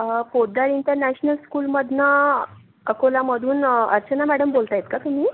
अं Poddar international स्कूलमधन अकोला मधून अं अर्चना मॅडम बोलताय का तुम्ही